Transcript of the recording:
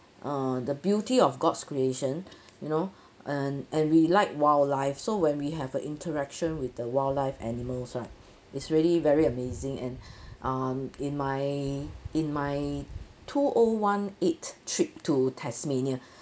uh the beauty of god's creation you know and and we like wildlife so when we have a interaction with the wildlife animals right it's really very amazing and um in my in my two oh one eight trip to tasmania